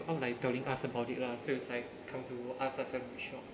not like telling us about it lah so it's like come to us as a bit shocked